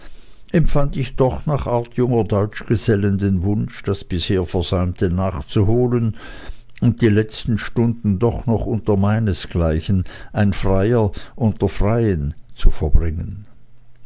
empfand ich doch nach art junger deutschgesellen den wunsch das bisher versäumte nachzuholen und die letzten stunden doch noch unter meinesgleichen ein freier unter freien zu verbringen